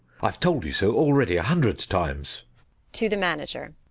i've told you so already a hundred times to the manager.